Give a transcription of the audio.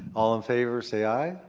all in favor say, aye.